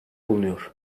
bulunuyor